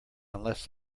unless